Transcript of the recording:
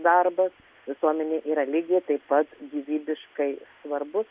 darbas visuomenėje yra lygiai taip pat gyvybiškai svarbus